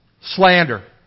slander